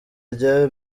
rya